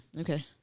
Okay